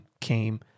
came